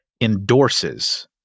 endorses